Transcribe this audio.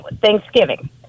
Thanksgiving